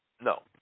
No